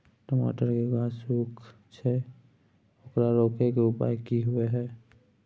टमाटर के गाछ सूखे छै ओकरा रोके के उपाय कि होय है?